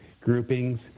groupings